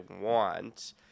want